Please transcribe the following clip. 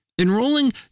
Enrolling